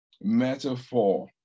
metaphor